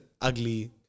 ugly